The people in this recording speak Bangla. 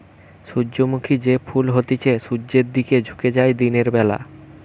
সূর্যমুখী যে ফুল হতিছে সূর্যের দিকে ঝুকে যায় দিনের বেলা